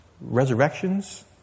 Resurrections